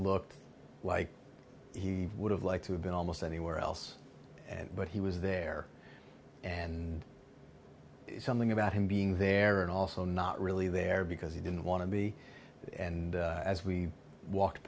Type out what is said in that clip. looked like he would have liked to have been almost anywhere else and but he was there and something about him being there and also not really there because he didn't want to be and as we walk